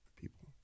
people